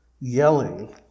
yelling